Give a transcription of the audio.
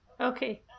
Okay